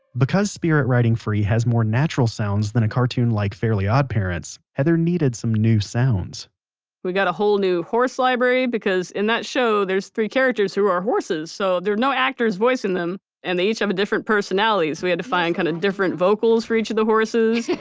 because spirit riding free has more natural sounds than a cartoon like fairly odd parents, heather needed some new sounds we got a whole new horse library, because in that show there's three characters who are horses. so, there are no actors voicing them and the each have a different personality. so, we had to find kind of different vocals for each of the horses